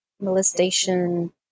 molestation